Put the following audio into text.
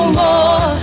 more